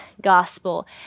gospel